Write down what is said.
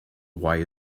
why